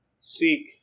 seek